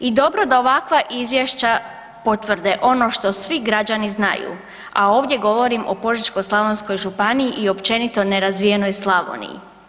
I dobro da ovakva izvješća potvrde ono što svi građani znaju, a ovdje govorim o Požeško-slavonskoj županiji i općenito nerazvijenoj Slavoniji.